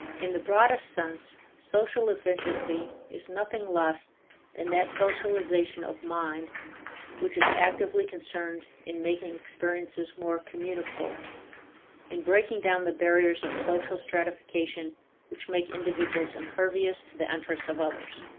in the broadest sense, social efficiency is nothing less than that socialization of mind which is actively concerned in making experiences more communicable in breaking down the barriers of social stratification which make individuals impervious to the interests of others.